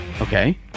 Okay